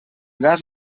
gas